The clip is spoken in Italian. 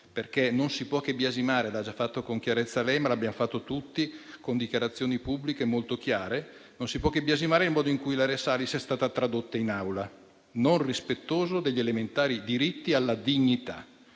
Non si può che biasimare, infatti - l'ha già fatto con chiarezza lei, ma l'abbiamo fatto tutti con dichiarazioni pubbliche molto chiare - il modo in cui Ilaria Salis è stata tradotta in aula, non rispettoso degli elementari diritti alla dignità.